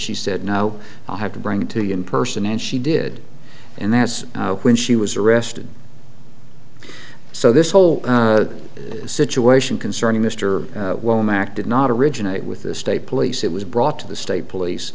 she said no i'll have to bring it to you in person and she did and that's when she was arrested so this whole situation concerning mr womack did not originate with the state police it was brought to the state police